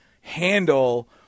handle